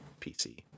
PC